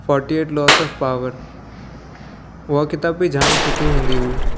forty eight loss of power उहा किताब बि जाम सुठी हूंदी हुई